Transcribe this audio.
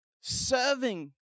Serving